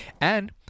And-